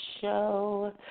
show